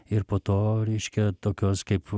ir po to reiškia tokios kaip